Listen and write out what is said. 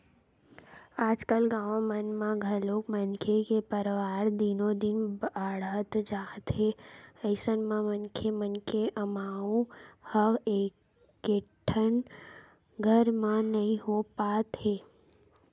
आजकाल गाँव मन म घलोक मनखे के परवार दिनो दिन बाड़हत जात हे अइसन म मनखे मन के अमाउ ह एकेठन घर म नइ हो पात हे